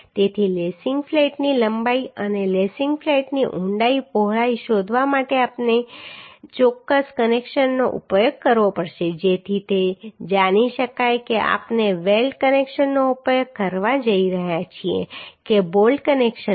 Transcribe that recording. તેથી લેસિંગ ફ્લેટની લંબાઈ અને લેસિંગ ફ્લેટની ઊંડાઈ પહોળાઈ શોધવા માટે આપણે ચોક્કસ કનેક્શનનો ઉપયોગ કરવો પડશે જેથી તે જાણી શકાય કે આપણે વેલ્ડ કનેક્શનનો ઉપયોગ કરવા જઈ રહ્યા છીએ કે બોલ્ટ કનેક્શનનો